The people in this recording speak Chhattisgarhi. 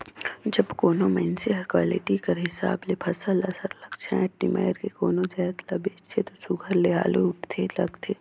जब कोनो मइनसे हर क्वालिटी कर हिसाब ले फसल ल सरलग छांएट निमाएर के कोनो जाएत ल बेंचथे ता सुग्घर ले हालु उठे लगथे